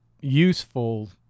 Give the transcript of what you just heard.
useful